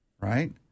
right